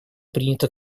принято